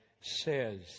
says